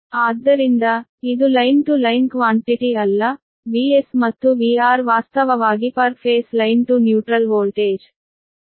ಆದ್ದರಿಂದ ಇದು line to line quantity ಅಲ್ಲ VS ಮತ್ತು VR ವಾಸ್ತವವಾಗಿ per phase line to neutral voltage